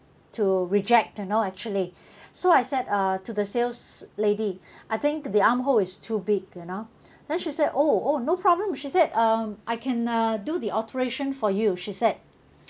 to reject you know actually so I said uh to the sales lady I think the armhole is too big you know then she say oh oh no problem she said um I can uh do the alteration for you she said